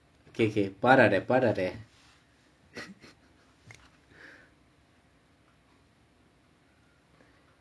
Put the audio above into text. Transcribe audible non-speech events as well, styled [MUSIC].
okay okay பாடாதே பாடாதே:paadaathae paadaathae [LAUGHS]